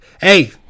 hey